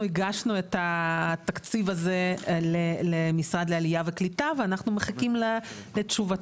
אנחנו הגשנו את התקציב הזה למשרד העלייה והקליטה ואנחנו מחכים לתשובתם.